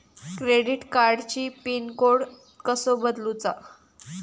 Credit कार्डची pin code कसो बदलुचा?